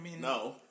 No